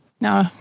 No